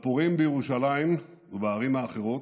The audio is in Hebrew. לפורעים בירושלים ובערים האחרות,